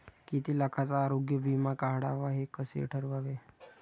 किती लाखाचा आरोग्य विमा काढावा हे कसे ठरवावे?